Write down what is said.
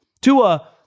Tua